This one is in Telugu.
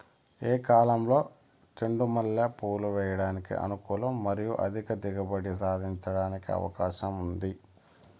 ఏ కాలంలో చెండు మల్లె పూలు వేయడానికి అనుకూలం మరియు అధిక దిగుబడి సాధించడానికి అవకాశం ఉంది?